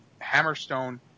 Hammerstone